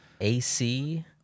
AC